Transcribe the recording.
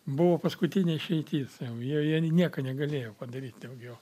buvo paskutinė išeitis jau jie jie nieką negalėjo padaryt daugiau